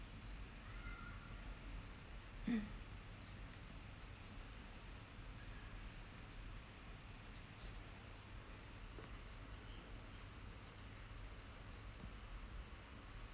mm